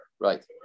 Right